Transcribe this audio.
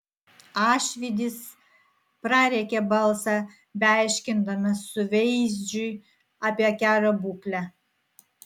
ašvydis prarėkė balsą beaiškindamas suveizdžiui apie kelio būklę